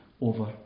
over